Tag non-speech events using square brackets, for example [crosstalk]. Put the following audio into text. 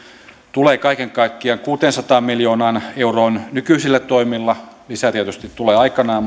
tulee kaiken kaikkiaan kuuteensataan miljoonaan euroon nykyisillä toimilla lisää tietysti tulee aikanaan [unintelligible]